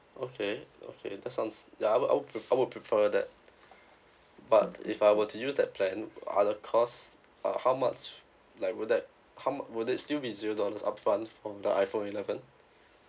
okay okay that sounds ya I will I will I will prefer that but if I were to use that plan are the cost uh how much like would that come would it still be zero dollars upfront from the iPhone eleven